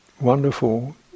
wonderful